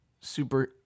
Super